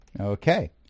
Okay